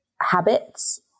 habits